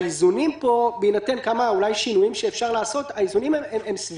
האיזונים פה בהינתן כמה שינויים שאפשר לעשות הם סבירים.